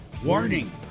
Warning